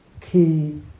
key